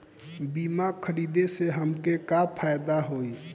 बीमा खरीदे से हमके का फायदा होई?